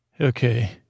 okay